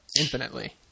infinitely